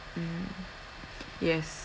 mm yes